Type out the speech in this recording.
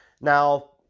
Now